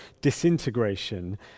disintegration